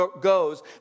goes